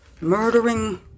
murdering